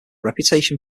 reputation